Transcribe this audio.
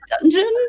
dungeon